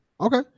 Okay